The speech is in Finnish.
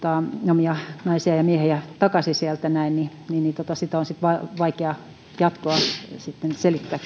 omia naisia ja miehiä takaisin sieltä sitä on sitten vaikea jatkossa selittää